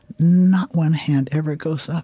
not one hand ever goes up.